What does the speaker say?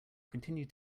continue